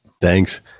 Thanks